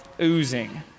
oozing